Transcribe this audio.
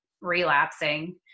relapsing